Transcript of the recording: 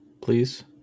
please